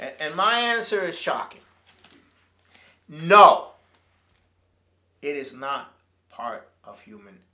and my answer is shocking not it is not part of human